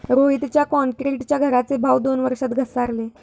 रोहितच्या क्रॉन्क्रीटच्या घराचे भाव दोन वर्षात घसारले